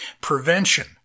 Prevention